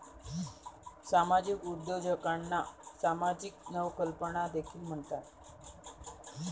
सामाजिक उद्योजकांना सामाजिक नवकल्पना देखील म्हणतात